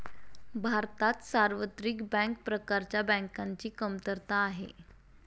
भारतात सार्वत्रिक बँक प्रकारच्या बँकांची कमतरता आहे